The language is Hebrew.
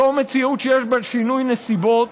זו מציאות שיש בה שינוי נסיבות,